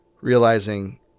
realizing